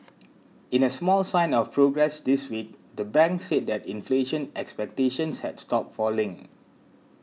in a small sign of progress this week the bank said that inflation expectations had stopped falling